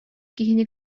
киһини